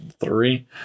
three